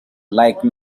like